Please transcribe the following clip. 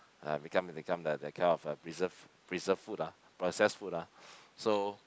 ah become become that that kind of a preserve preserve food ah process food ah so